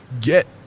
get